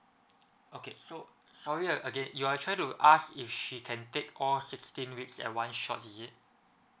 okay so sorry uh again you are trying to ask if she can take all sixteen weeks at one shot is it